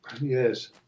Yes